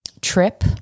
trip